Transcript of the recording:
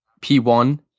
p1